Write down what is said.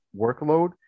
workload